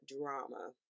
drama